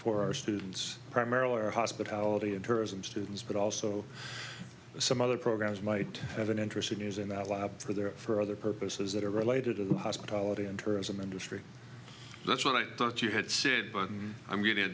for our students primarily our hospitality and tourism students but also some other programs might have an interest in using that lab for their for other purposes that are related to the hospitality and tourism industry that's what i thought you had said but i'm getting a